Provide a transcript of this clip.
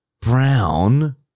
Brown